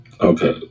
Okay